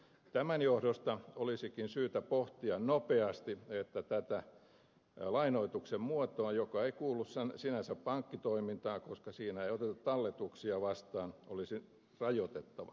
tämän johdosta olisikin syytä pohtia nopeasti että tätä lainoituksen muotoa joka ei kuulu sinänsä pankkitoimintaan koska siinä ei oteta talletuksia vastaan olisi rajoitettava